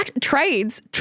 trades